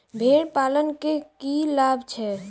भेड़ पालन केँ की लाभ छै?